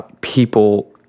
people